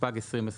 התשפ"ג 2023"